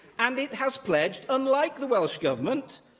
and it has pledged, unlike the welsh government,